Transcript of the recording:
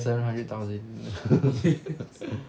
seven hundred thousand